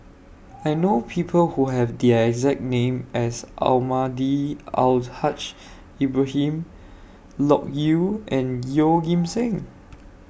I know People Who Have The exact name as Almahdi Al Haj Ibrahim Loke Yew and Yeoh Ghim Seng